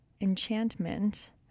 Enchantment